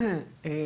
כן.